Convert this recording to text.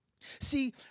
See